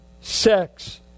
Sex